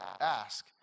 Ask